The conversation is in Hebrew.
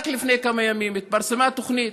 רק לפני כמה ימים התפרסמה תוכנית,